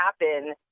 happen